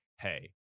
Hey